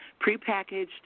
prepackaged